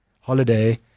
holiday